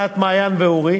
אתי, ענת, מעיין ואורי.